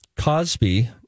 Cosby